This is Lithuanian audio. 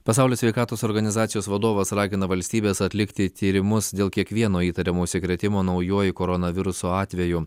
pasaulio sveikatos organizacijos vadovas ragina valstybes atlikti tyrimus dėl kiekvieno įtariamo užsikrėtimo naujuoju koronavirusu atvejų